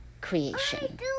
creation